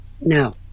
no